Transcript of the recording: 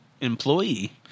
employee